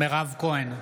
מירב כהן,